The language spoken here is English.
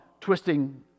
twisting